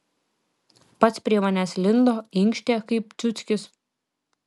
pats prie manęs lindo inkštė kaip ciuckis